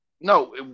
No